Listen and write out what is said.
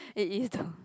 it is though